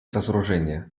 разоружения